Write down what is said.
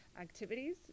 activities